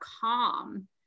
calm